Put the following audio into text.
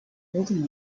holding